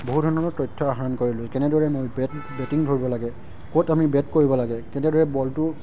বহুত ধৰণৰ তথ্য আহৰণ কৰিলোঁ কেনেদৰে মই বেট বেটিং ধৰিব লাগে ক'ত আমি বেট কৰিব লাগে কেনেদৰে বলটো